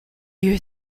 you